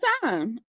time